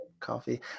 Coffee